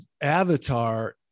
avatar